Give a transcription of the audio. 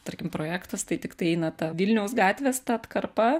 tarkim projektas tai tiktai eina ta vilniaus gatvės ta atkarpa